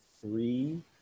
three